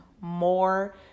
more